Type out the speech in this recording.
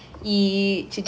ya